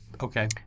Okay